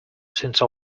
since